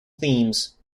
themes